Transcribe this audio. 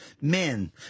men